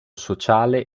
sociale